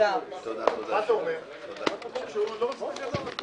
הישיבה נעולה.